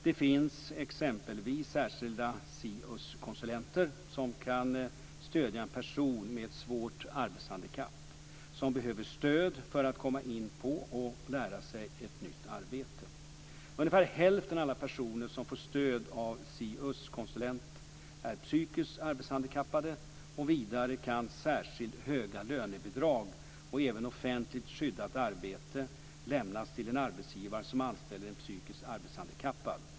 Det finns exempelvis särskilda SIUS-konsulenter, som kan stödja en person med ett svårt arbetshandikapp som behöver stöd för att komma in på och lära sig ett nytt arbete. Ungefär hälften av alla personer som får stöd av en SIUS konsulent är psykiskt arbetshandikappade. Vidare kan särskilt höga lönebidrag och även offentligt skyddat arbete lämnas till en arbetsgivare som anställer en psykiskt arbetshandikappad.